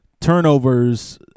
turnovers